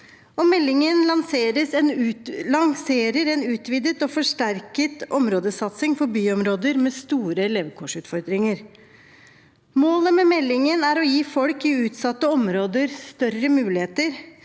Meldingen lanserer en utvidet og forsterket områdesatsing for byområder med store levekårsutfordringer. Målet med meldingen er å gi folk i utsatte områder større muligheter,